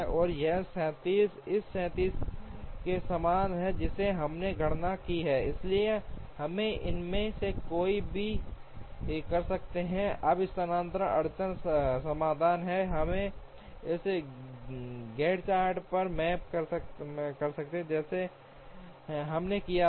और यह 37 इस 37 के समान है जिसे हमने गणना की है इसलिए हम इनमें से कोई भी कर सकते हैं अब स्थानांतरण अड़चन समाधान से हम इसे गैंट चार्ट पर मैप कर सकते हैं जैसे हमने किया था